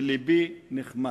ולבי נחמץ.